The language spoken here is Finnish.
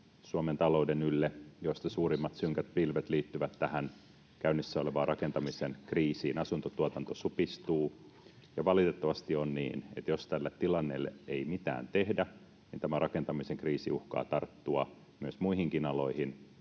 uusia synkkiä pilviä, joista suurimmat synkät pilvet liittyvät tähän käynnissä olevaan rakentamisen kriisiin. Asuntotuotanto supistuu, ja valitettavasti on niin, että jos tälle tilanteelle ei mitään tehdä, tämä rakentamisen kriisi uhkaa tarttua myös muihin aloihin